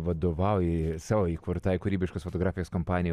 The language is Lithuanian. vadovauji savo įkurtai kūrybiškos fotografijos kompanijai